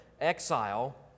exile